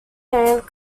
hand